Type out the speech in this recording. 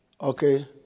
Okay